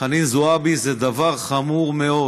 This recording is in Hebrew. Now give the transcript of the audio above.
חנין זועבי זה דבר חמור מאוד.